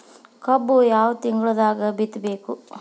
ಕಬ್ಬು ಯಾವ ತಿಂಗಳದಾಗ ಬಿತ್ತಬೇಕು?